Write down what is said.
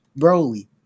Broly